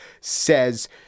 says